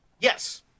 Yes